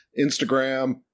instagram